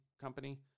Company